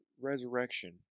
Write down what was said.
resurrection